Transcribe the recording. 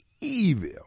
evil